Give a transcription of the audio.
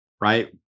right